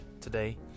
today